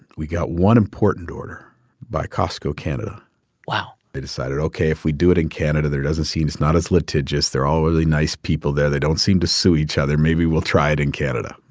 we got one important order by costco canada wow they decided, ok, if we do it in canada, there doesn't seem it's not as litigious. they're all really nice people there. they don't seem to sue each other. maybe we'll try it in canada.